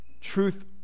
Truth